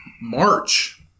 March